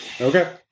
Okay